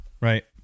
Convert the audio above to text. Right